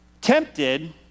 tempted